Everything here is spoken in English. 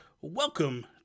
welcome